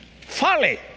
Folly